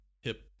hip